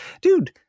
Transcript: dude